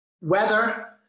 weather